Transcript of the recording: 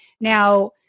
Now